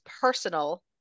personal